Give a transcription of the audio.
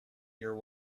your